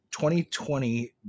2020